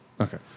Okay